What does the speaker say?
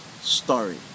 story